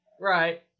Right